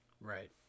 Right